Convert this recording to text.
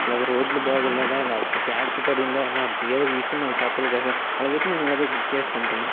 లేదా రోడ్లు బాగోలేదా లేకపోతే ప్యాచ్ పడిందా లేకపోతే ఏదొక విషయం మాకు చెప్పాలి కదా సార్ అలాగైతే మేము ఎదో బుక్ చేసుకుంటాము